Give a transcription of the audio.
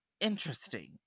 interesting